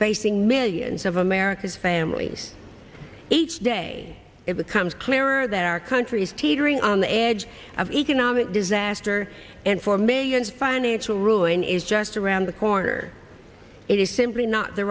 facing millions of america's families each day it becomes clearer that our country is teetering on the edge of economic disaster and for millions of financial ruin is just around the corner it is simply not the